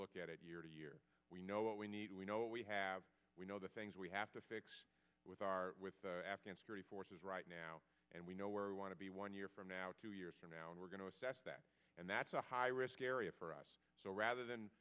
look at it year to year we know what we need we know we have we know the things we have to fix with our with the afghan security forces right now and we know where we want to be one year from now two years from now and we're going to assess that and that's a high risk area for us so rather than